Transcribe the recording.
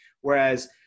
Whereas